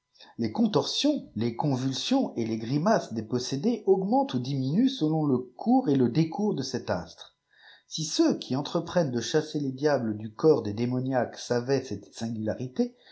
les diables les contorsions lesconvidsîmis kgriibaces des possédés augmentait ou dimiiment sdoa le eimrs ft let découd de cet astre si ceux qui eûtreprênneni de chasses les disitlef du corps des démoniaques savaient cette stiulariié